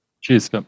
Cheers